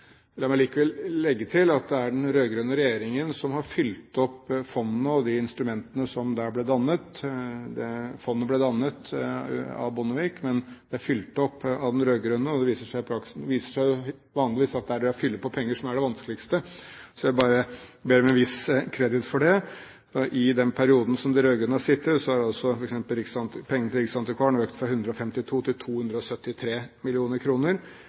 La meg likevel legge til at det er den rød-grønne regjeringen som har fylt opp fondet og instrumentene som der ble dannet. Fondet ble dannet av Bondevik-regjeringen, men er fylt av den rød-grønne regjeringen, og det viser seg vanligvis at det er det å fylle på penger som er det vanskeligste. Jeg ber bare om en viss kreditt for det. I den perioden som de rød-grønne har sittet, er altså bevilgningene til riksantikvaren økt fra 152 til 273